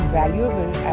valuable